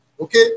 okay